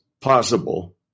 possible